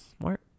smart